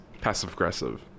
passive-aggressive